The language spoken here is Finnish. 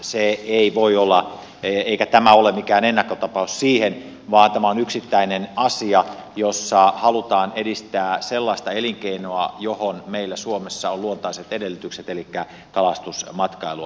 se ei näin voi olla eikä tämä ole mikään ennakkotapaus siihen vaan tämä on yksittäinen asia jossa halutaan edistää sellaista elinkeinoa johon meillä suomessa on luontaiset edellytykset elikkä kalastusmatkailua